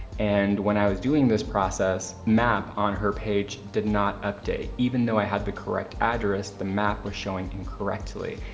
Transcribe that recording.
and when i was doing this process map on her page did not update, even though i had the correct address the map was showing incorrectly.